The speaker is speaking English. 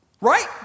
Right